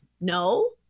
no